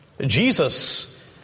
Jesus